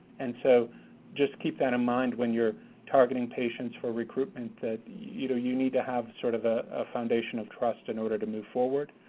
and so just keep that in mind when you're targeting patients for recruitment, that you know, you need to have sort of a foundation of trust in order to move forward.